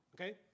Okay